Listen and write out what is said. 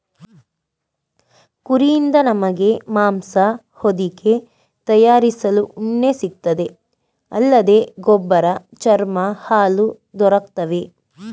ಕುರಿಯಿಂದ ನಮಗೆ ಮಾಂಸ ಹೊದಿಕೆ ತಯಾರಿಸಲು ಉಣ್ಣೆ ಸಿಗ್ತದೆ ಅಲ್ಲದೆ ಗೊಬ್ಬರ ಚರ್ಮ ಹಾಲು ದೊರಕ್ತವೆ